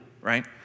right